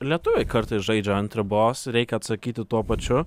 lietuviai kartais žaidžia ant ribos reikia atsakyti tuo pačiu